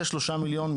זה 3 מיליון,